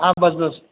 હા બસ બસ